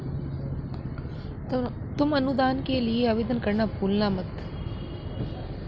तुम अनुदान के लिए आवेदन करना भूलना मत